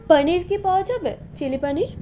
পানির কি পাওয়া যাবে চিলি পানির